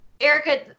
Erica